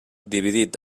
dividit